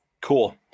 cool